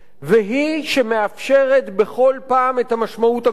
והיא שמאפשרת בכל פעם את המשמעות הגדולה.